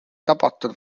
tabatud